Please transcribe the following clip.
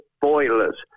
boilers